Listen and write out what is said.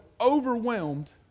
overwhelmed